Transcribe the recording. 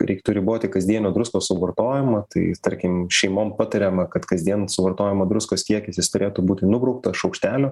reiktų riboti kasdienio druskos suvartojimą tai tarkim šeimom patariama kad kasdien suvartojamo druskos kiekis jis turėtų būti nubrauktas šaukšteliu